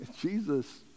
Jesus